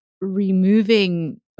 removing